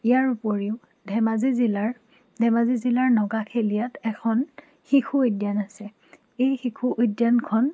ইয়াৰ উপৰিও ধেমাজি জিলাৰ ধেমাজি জিলাৰ নগাখেলীয়াত এখন শিশু উদ্যান আছে এই শিশু উদ্যানখন